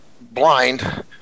blind